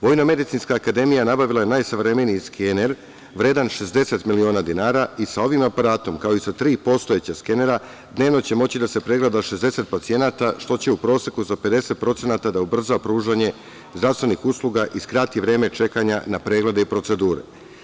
VMA je nabavila najsavremeniji skener vredan 60 miliona dinara i sa ovim aparatom, kao i sa tri postojeća skenera, dnevno će moći da se pregleda 60 pacijenata, što će u proseku za 50% da ubrza pružanje zdravstvenih usluga i skrati vreme čekanja na preglede i procedure.